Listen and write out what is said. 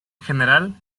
general